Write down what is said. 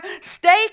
stay